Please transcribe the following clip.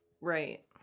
Right